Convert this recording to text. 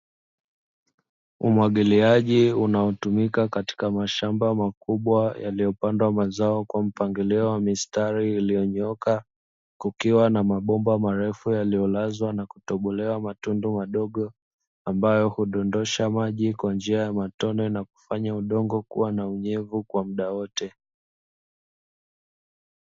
Umwagiliaji unaotumika katika mashamba makubwa yaliyopandwa mazao kwa mpangilio wa mistari iliyonyooka, kukiwa na mabomba marefu yaliyolazwa na kutobolewa matundu madogo ambayo hudondosha maji kwa njia ya matone, na kufanya udongo kuwa na unyevu kwa muda wote.